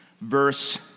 verse